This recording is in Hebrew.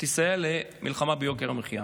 יסייע למלחמה ביוקר המחיה?